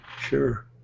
Sure